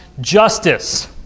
justice